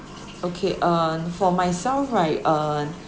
okay uh for myself right uh